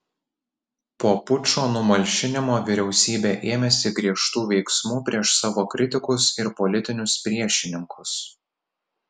po pučo numalšinimo vyriausybė ėmėsi griežtų veiksmų prieš savo kritikus ir politinius priešininkus